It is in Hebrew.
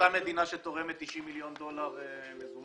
זו אותה מדינה שתורמת 90 מיליון דולר מזומן